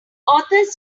authors